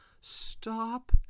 Stop